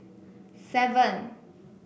seven